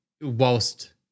whilst